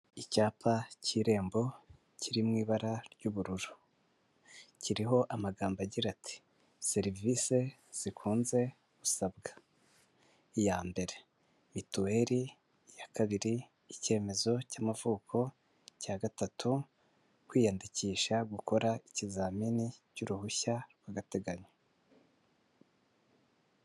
Icyapa cy'irembo kiri mu ibara ry'ubururu, kiriho amagambo agira ati "serivisi zikunze gusabwa iya mbere mituweli, iya kabiri icyemezo cy'amavuko, icya gatatu kwiyandikisha gukora ikizamini cy'uruhushya rw'agateganyo.